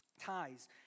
ties